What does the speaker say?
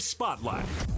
Spotlight